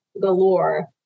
galore